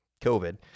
COVID